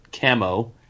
camo